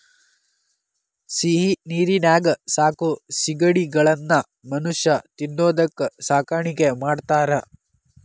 ಸಿಹಿನೇರಿನ್ಯಾಗ ಸಾಕೋ ಸಿಗಡಿಗಳನ್ನ ಮನುಷ್ಯ ತಿನ್ನೋದಕ್ಕ ಸಾಕಾಣಿಕೆ ಮಾಡ್ತಾರಾ